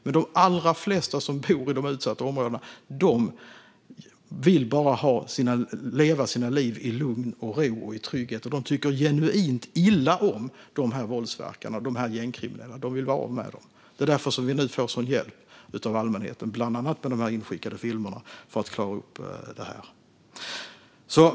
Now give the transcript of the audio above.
Men de allra flesta som bor i de utsatta områdena vill bara leva sina liv i lugn och ro och trygghet och tycker genuint illa om våldsverkarna och de gängkriminella och vill bli av med dem. Det är därför vi nu får hjälp av allmänheten att klara upp detta, bland annat genom de inskickade filmerna.